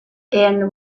end